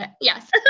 Yes